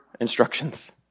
instructions